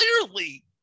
clearly